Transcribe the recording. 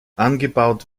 angebaut